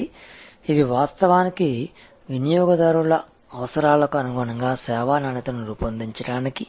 కాబట్టి ఇది వాస్తవానికి వినియోగదారుల అవసరాలకు అనుగుణంగా సేవా నాణ్యతను రూపొందించడానికి